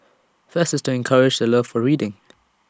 fest is to encourage the love for reading